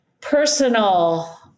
personal